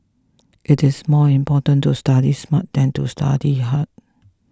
it is more important to study smart than to study hard